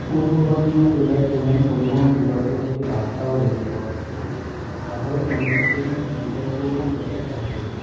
পূর্ব বর্ধমান জেলার প্রধান পরিবহন বিকল্প হচ্ছে রাস্তা ও রেলপথ সাধারণ মানুষের জন্য বিকল্পগুলি কতটা সাশ্রয়ী